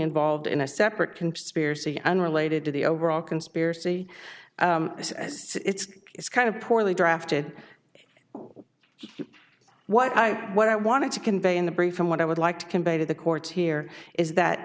involved in a separate conspiracy unrelated to the overall conspiracy it's kind of poorly drafted what i what i wanted to convey in the brief and what i would like to convey to the courts here is that